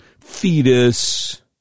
fetus